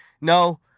no